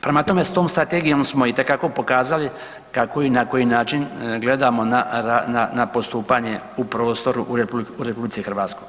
Prema tome, s tom strategijom smo itekako pokazali kako i na koji način gledamo na postupanje u prostoru u RH.